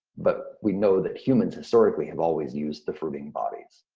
but we know that humans historically have always used the fruiting bodies.